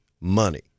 money